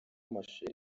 amashusho